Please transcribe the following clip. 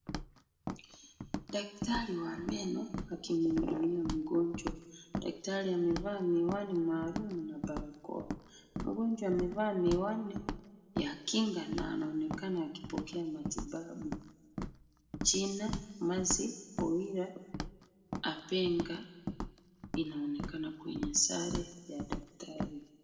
Daktari wa meno akimhudumia mgonjwa. Daktari amevaa miwani maalum na barakoa. Mgonjwa amevaa miwani ya kinga na anaonekana akipokea matibabu. Jina Mercy Wawira Apenga inaonekana kwenye sare ya daktari.